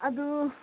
ꯑꯗꯨ